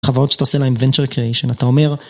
חברות שאתה עושה להם Venture Creation, אתה אומר...